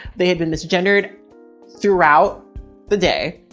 they had been mis-gendered throughout the day